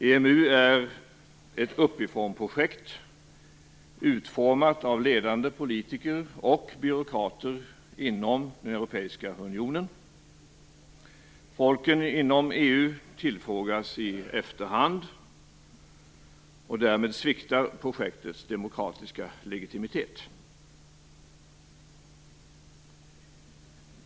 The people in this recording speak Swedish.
EMU är ett uppifrån-projekt, utformat av ledande politiker och byråkrater inom den europeiska unionen. Folken inom EU tillfrågas i efterhand, och därmed sviktar projektets demokratiska legitimitet.